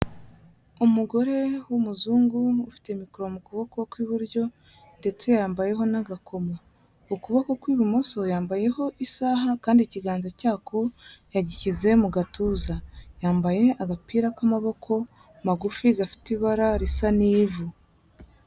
umugore w'umuzungu ufite mikoro mu kuboko kw'iburyo ndetse yambayeho n'agakoma, ukuboko kw'ibumoso yambayeho isaha kandi ikiganza cyako yagishyize mu gatuza, yambaye agapira k'amaboko magufi gafite ibara risa n'ivu.